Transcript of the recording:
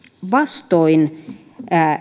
vastoin